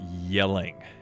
yelling